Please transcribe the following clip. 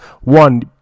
One